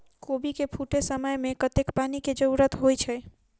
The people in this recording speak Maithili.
कोबी केँ फूटे समय मे कतेक पानि केँ जरूरत होइ छै?